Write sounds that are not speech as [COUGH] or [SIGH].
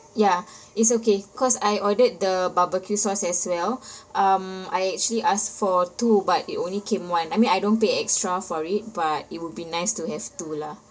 ya [BREATH] it's okay cause I ordered the barbecue sauce as well [BREATH] um I actually asked for two but it only came one I mean I don't pay extra for it but it would be nice to have two lah